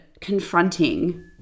confronting